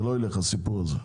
זה לא ילך הסיפור הזה.